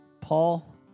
Paul